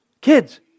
Kids